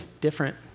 different